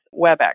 WebEx